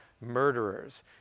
murderers